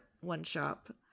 One-shop